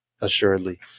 assuredly